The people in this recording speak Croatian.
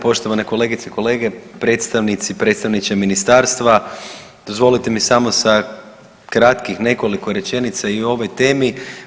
Poštovane kolegice i kolege, predstavnici, predstavniče ministarstva dozvolite mi samo sa kratkih nekoliko rečenica i o ovoj temi.